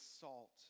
salt